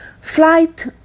flight